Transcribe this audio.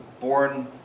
born